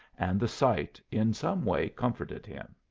and the sight in some way comforted him.